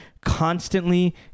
constantly